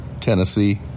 tennessee